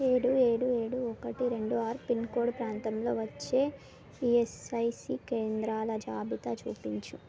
ఏడు ఏడు ఏడు ఒకటి రెండు ఆరు పిన్కోడ్ ప్రాంతంలో వచ్చే ఈఎస్ఐసి కేంద్రాల జాబితా చూపించు